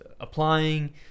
applying